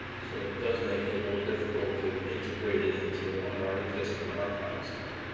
so it does make it a little difficult to integrate it into what our existing archives are.